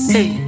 Hey